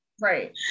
right